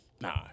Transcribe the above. Nah